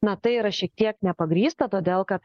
na tai yra šiek tiek nepagrįsta todėl kad